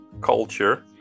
culture